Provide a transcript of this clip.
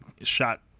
shot